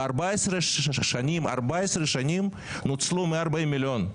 ב-14 שנים נוצלו 140 מיליון.